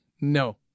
no